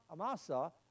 Amasa